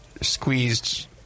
Squeezed